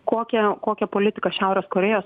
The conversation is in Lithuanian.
kokią kokią politiką šiaurės korėjos